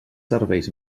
serveis